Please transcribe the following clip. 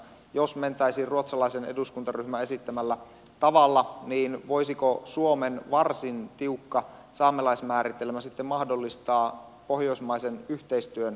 jos mentäisiin ruotsalaisen eduskuntaryhmän esittämällä tavalla niin voisiko suomen varsin tiukka saamelaismääritelmä sitten mahdollistaa pohjoismaisen yhteistyön